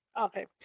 Okay